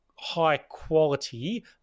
high-quality